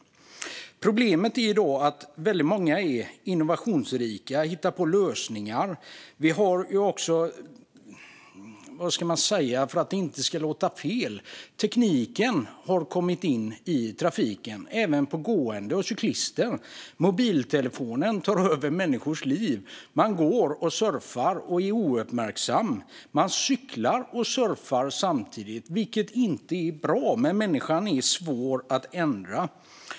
Ett problem i dag är att väldigt många är innovationsrika och hittar på lösningar. Vad ska man säga för att det inte ska låta fel? Tekniken har kommit in i trafiken även för gående och cyklister. Mobiltelefonen tar över människors liv. Man går och surfar och är ouppmärksam. Man cyklar och surfar samtidigt. Det är inte är bra, men människan är svår att ändra.